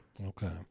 Okay